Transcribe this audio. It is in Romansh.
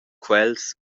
quels